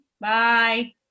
bye